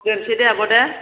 दोननोसै दे आब' दे